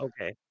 okay